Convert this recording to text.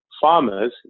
Farmers